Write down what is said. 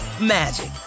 magic